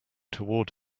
toward